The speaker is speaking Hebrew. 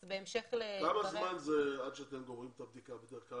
כמה זמן בדרך כלל אורכת הבדיקה עד לסיום התהליך?